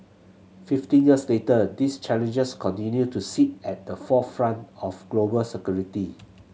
fifteen years later these challenges continue to sit at the forefront of global security